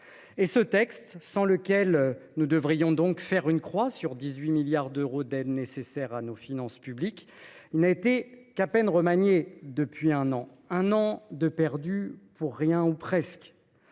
de loi, sans lequel nous devrions donc faire une croix sur 18 milliards d’euros d’aides nécessaires à nos finances publiques, n’a été qu’à peine remanié depuis un an : un an de perdu pour rien ou pour